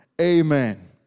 Amen